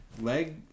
leg